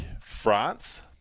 France